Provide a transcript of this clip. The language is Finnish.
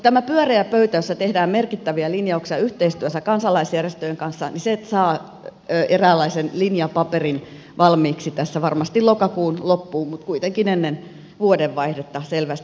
tämä pyöreä pöytä jossa tehdään merkittäviä linjauksia yhteistyössä kansalaisjärjestöjen kanssa saa eräänlaisen linjapaperin valmiiksi tässä varmasti lokakuun loppuun kuitenkin ennen vuodenvaihdetta selvästi